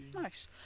Nice